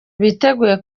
biteguye